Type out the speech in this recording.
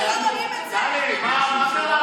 שלא רואים את זה?